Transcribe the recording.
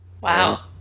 Wow